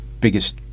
biggest